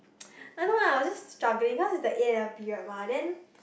I don't know lah I was just struggling because it's the A-level period mah then